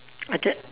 I get